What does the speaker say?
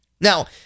Now